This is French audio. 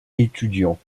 étudiants